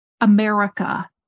America